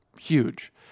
huge